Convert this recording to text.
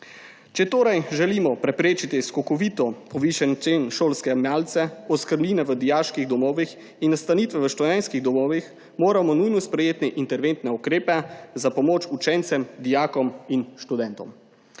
Če želimo preprečiti skokovito povišanje cen šolske malice, oskrbnine v dijaških domovih in nastanitve v študentskih domovih, moramo nujno sprejeti interventne ukrepe za pomoč učencem, dijakom in študentom.